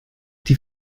die